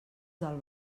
del